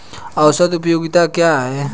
औसत उपयोगिता क्या है?